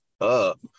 up